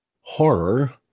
horror